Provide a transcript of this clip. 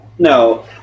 No